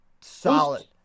solid